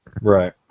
Right